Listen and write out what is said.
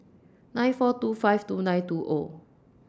nine four two five two nine two O